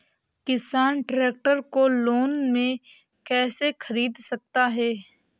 किसान ट्रैक्टर को लोन में कैसे ख़रीद सकता है?